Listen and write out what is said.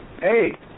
hey